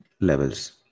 levels